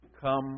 come